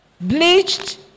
bleached